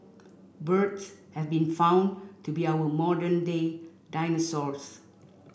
birds have been found to be our modern day dinosaurs